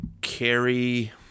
carry